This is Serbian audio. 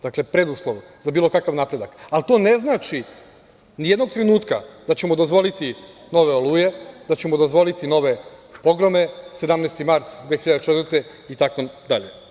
Dakle, preduslov za bilo kakav napredak, ali to ne znači nijednog trenutka da ćemo dozvoliti nove „Oluje“, da ćemo dozvoliti nove pogrome, 17. mart 2004. itd.